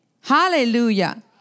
Hallelujah